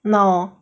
no